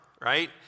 right